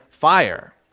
fire